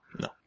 No